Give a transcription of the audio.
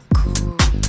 cool